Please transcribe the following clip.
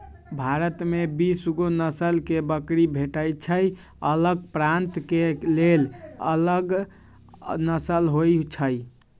भारत में बीसगो नसल के बकरी भेटइ छइ अलग प्रान्त के लेल अलग नसल होइ छइ